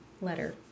letter